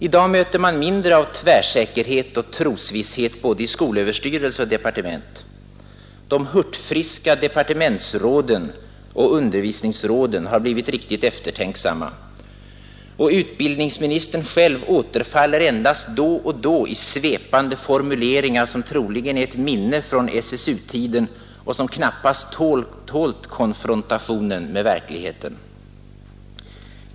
I dag möter man mindre av tvärsäkerhet och trosvisshet i både skolöverstyrelse och departement. De hurtfriska departementsråden och undervisningsråden har blivit riktigt eftertänksamma, och utbildningsministern själv återfaller endast då och då i svepande formuleringar, som förmodligen är ett minne från SSU-tiden och som knappast tålt konfrontationen med verkligheten.